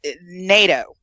NATO